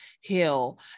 heal